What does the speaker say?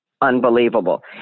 unbelievable